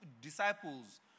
disciples